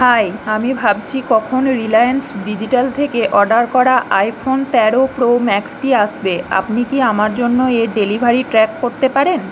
high আমি ভাবছি কখন রিলায়েন্স ডিজিটাল থেকে অর্ডার করা আইফোন তেরো প্রো ম্যাক্সটি আসবে আপনি কি আমার জন্য এর ডেলিভারি ট্র্যাক করতে পারেন